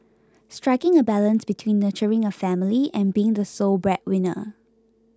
striking a balance between nurturing a family and being the sole breadwinner